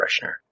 freshener